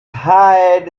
high